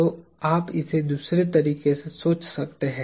तो आप इसे दूसरे तरीके से सोच सकते हैं